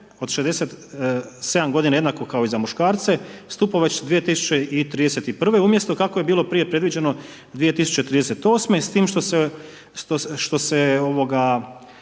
od 67 godina, jednako kao i za muškarce, stupa već 2031. umjesto kako je bilo prije predviđeno 2038., s tim što se,